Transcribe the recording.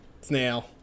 Snail